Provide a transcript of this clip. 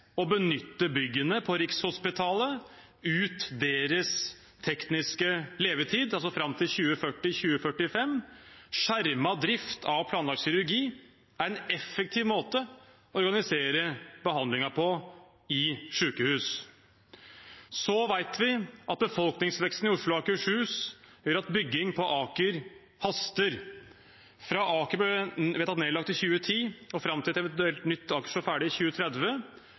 å benytte byggene på Rikshospitalet ut deres tekniske levetid, altså fram til 2040/2045. Skjermet drift av planlagt kirurgi er en effektiv måte å organisere behandlingen på i sykehus. Vi vet at befolkningsveksten i Oslo og Akershus gjør at bygging på Aker haster. Fra Aker ble vedtatt nedlagt i 2010 og fram til et eventuelt nytt Aker står ferdig i 2030,